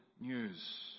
news